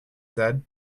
said